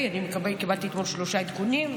קיבלתי אתמול שלושה עדכונים.